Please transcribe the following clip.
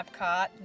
Epcot